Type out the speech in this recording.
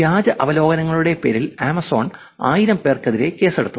വ്യാജ അവലോകനങ്ങളുടെ പേരിൽ ആമസോൺ 1000 പേർക്കെതിരെ കേസെടുത്തു